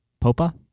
Popa